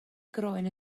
groen